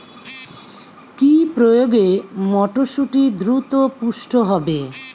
কি প্রয়োগে মটরসুটি দ্রুত পুষ্ট হবে?